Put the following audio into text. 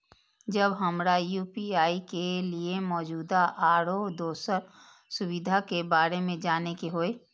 जब हमरा यू.पी.आई के लिये मौजूद आरो दोसर सुविधा के बारे में जाने के होय?